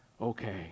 okay